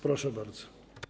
Proszę bardzo.